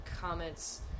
comments